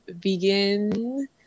begin